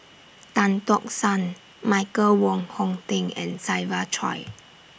Tan Tock San Michael Wong Hong Teng and Siva Choy